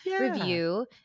review